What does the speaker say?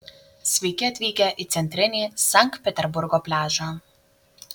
sveiki atvykę į centrinį sankt peterburgo pliažą